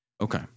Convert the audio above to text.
Okay